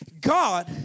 God